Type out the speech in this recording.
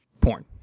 porn